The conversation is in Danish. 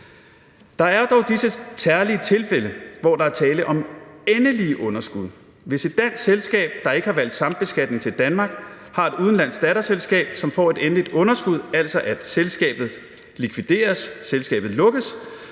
Der er dog disse særlige tilfælde, hvor der er tale om endelige underskud. Hvis et dansk selskab, der ikke har valgt sambeskatning til Danmark, har et udenlandsk datterselskab, som får et endeligt underskud, altså så selskabet likvideres, selskabet lukkes,